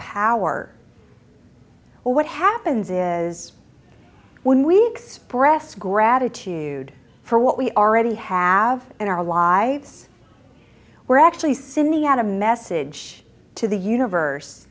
power or what happens is when we express gratitude for what we already have in our lives we're actually sin the had a message to the universe